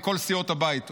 מכל סיעות הבית,